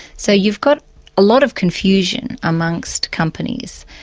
so you've got a lot of confusion amongst companies.